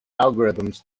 algorithms